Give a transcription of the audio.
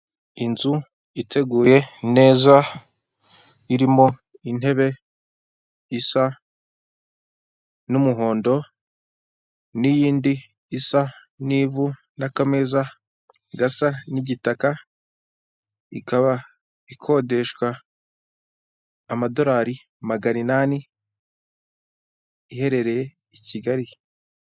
Inzu iteguye neza irimo intebe isa n'umuhondo n'iyindi isa n'ivu n'akameza gasa n'igitaka, ikaba ikodeshwa amadolari magana inani iherereye i Kigali.